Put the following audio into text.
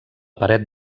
paret